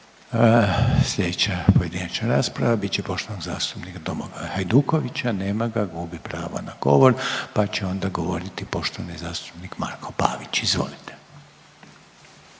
Slijedeća pojedinačna rasprava bit će poštovanog zastupnika Domagoja Hajdukovića, nema ga gubi pravo na govor pa će onda govoriti poštovani zastupnik Marko Pavić. Izvolite.